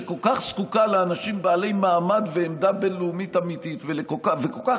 שכל כך זקוקה לאנשים בעלי מעמד ועמדה בין-לאומית אמיתית וכל כך